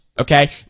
okay